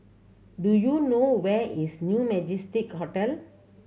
do you know where is New Majestic Hotel